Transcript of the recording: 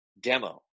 demo